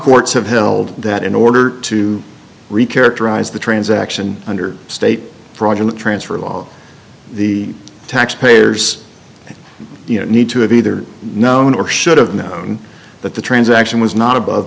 courts have held that in order to wreak air drys the transaction under state fraudulent transfer of all the tax payers you need to have either known or should have known that the transaction was not above